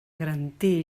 garantir